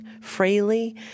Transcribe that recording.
freely